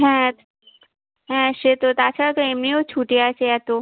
হ্যাঁ হ্যাঁ সে তো তাছাড়া তো এমনিও ছুটি আছে এত